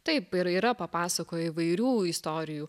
taip ir yra papasakoja įvairių istorijų